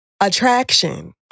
attraction